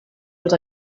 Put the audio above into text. els